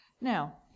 Now